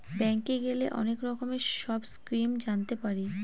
ব্যাঙ্কে গেলে অনেক রকমের সব স্কিম জানতে পারি